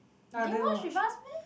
you didn't watch with us meh